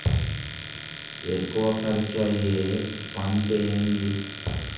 ఎక్కువ ఖర్చు అయ్యే పంటేది?